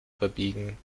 verbiegen